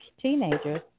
teenagers